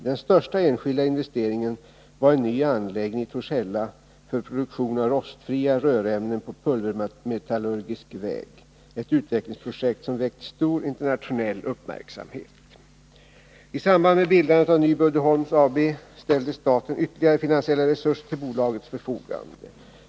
Den största enskilda investeringen var en ny anläggning i Torshälla för produktion av rostfria rörämnen på pulvermetallurgisk väg, ett utvecklingsprojekt som väckt stor internationell uppmärksamhet. I samband med bildandet av Nyby Uddeholm AB ställde staten ytterligare finansiella resurser till bolagets förfogande.